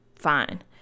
fine